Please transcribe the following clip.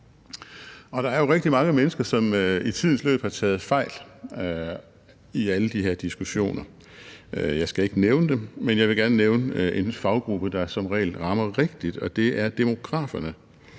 Der er rigtig mange mennesker, som i tidens løb har taget fejl i alle de her diskussioner. Jeg skal ikke nævne dem, men jeg vil gerne nævne en faggruppe, der som regel rammer rigtigt, og det er demograferne.